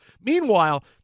Meanwhile